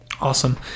Awesome